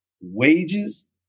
wages